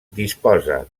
disposa